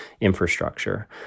infrastructure